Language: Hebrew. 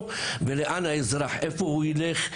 לאן הוא ילך,